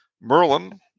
Merlin